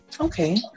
Okay